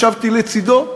ישבתי לצדו,